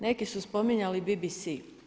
Neki su spominjali BBC.